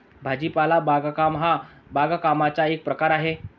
भाजीपाला बागकाम हा बागकामाचा एक प्रकार आहे